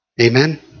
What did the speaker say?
Amen